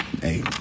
hey